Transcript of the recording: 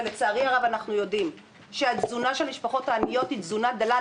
ולצערי הרב אנחנו יודעים שהתזונה של המשפחות העניות היא תזונה דלה.